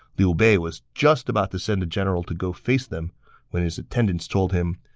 liu bei was just about to send a general to go face them when his attendants told him,